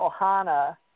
Ohana